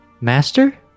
master